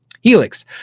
helix